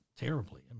terribly